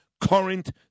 current